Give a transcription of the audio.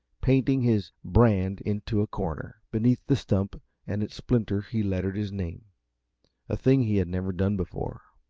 painting his brand into a corner. beneath the stump and its splinter he lettered his name a thing he had never done before.